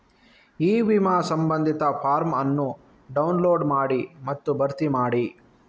E ವಿಮಾ ಸಂಬಂಧಿತ form ಅನ್ನು ಡೌನ್ಲೋಡ್ ಮಾಡಿ ಮತ್ತು ಭರ್ತಿ ಮಾಡಿ